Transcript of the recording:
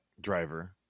driver